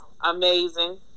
Amazing